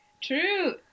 True